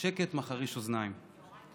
שקט מחריש אוזניים.